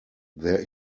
there